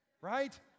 Right